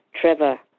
Trevor